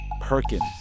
Perkins